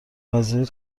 وزیر